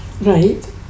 right